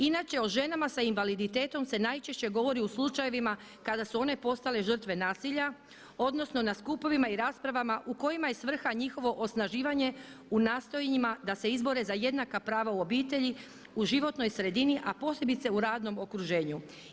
Inače o ženama s invaliditetom se najčešće govori u slučajevima kada su one postale žrtve nasilja, odnosno na skupovima i raspravama u kojima je svrha njihovo osnaživanje u nastojanjima da se izbore za jednaka prava u obitelji, u životnoj sredini a posebice u radnom okruženju.